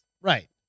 right